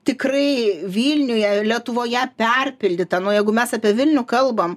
tikrai vilniuje lietuvoje perpildyta nu jeigu mes apie vilnių kalbam